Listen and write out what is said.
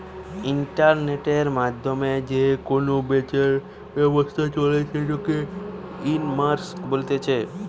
ইন্টারনেটের মাধ্যমে যে কেনা বেচার ব্যবসা চলে সেটাকে ইকমার্স বলতিছে